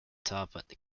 top